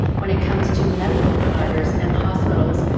when it comes to medical providers and hospitals,